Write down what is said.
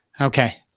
Okay